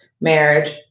marriage